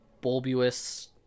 bulbous